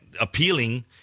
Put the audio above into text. appealing